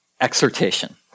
exhortation